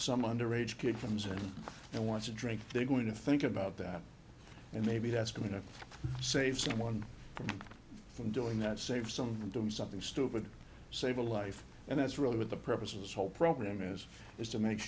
some underage kid from say they want to drink they're going to think about that and maybe that's going to save someone from doing that save some from doing something stupid save a life and that's really what the purpose of this whole program is is to make